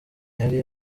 yari